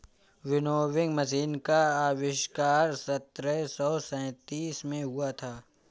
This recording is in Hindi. विनोविंग मशीन का आविष्कार सत्रह सौ सैंतीस में हुआ था